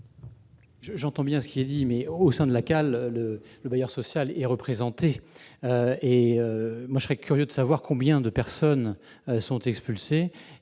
le secrétaire d'État, mais, au sein de la CAL, le bailleur social est représenté. Je serais curieux de savoir combien de personnes sont expulsées